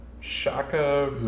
Shaka